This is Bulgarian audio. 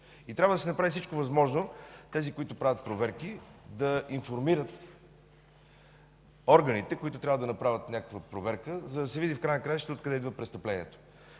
Трябва да се направи всичко възможно тези, които правят проверки, да информират органите, които трябва да направят някаква проверка, за да се види в края на краищата откъде идва престъплението.